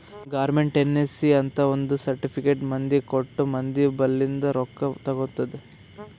government NSC ಅಂತ್ ಒಂದ್ certificate ಮಂದಿಗ ಕೊಟ್ಟು ಮಂದಿ ಬಲ್ಲಿಂದ್ ರೊಕ್ಕಾ ತಗೊತ್ತುದ್